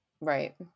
Right